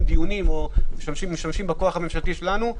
דיונים או משתמשים בכוח הממשלתי שלנו.